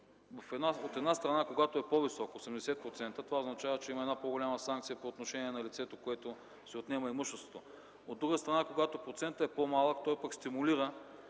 От една страна, когато е по-висок – 80%, това означава, че има по-голяма санкция по отношение на лицето, на което се отнема имуществото. От друга страна, когато процентът е по-малък, той пък стимулира